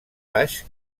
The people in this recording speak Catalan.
baix